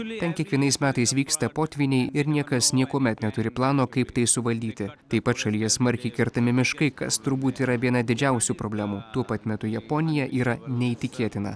ten kiekvienais metais vyksta potvyniai ir niekas niekuomet neturi plano kaip tai suvaldyti taip pat šalyje smarkiai kertami miškai kas turbūt yra viena didžiausių problemų tuo pat metu japonija yra neįtikėtina